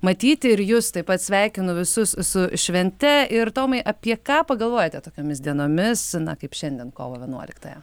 matyti ir jus taip pat sveikinu visus su švente ir tomai apie ką pagalvojate tokiomis dienomis kaip šiandien kovo vienuoliktąją